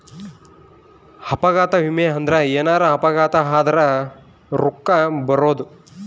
ಅಪಘಾತ ವಿಮೆ ಅಂದ್ರ ಎನಾರ ಅಪಘಾತ ಆದರ ರೂಕ್ಕ ಬರೋದು